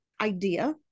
idea